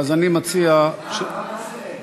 אז אני מציע, מה זה אין?